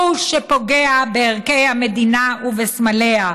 הוא שפוגע בערכי המדינה ובסמליה,